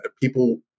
people